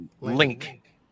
Link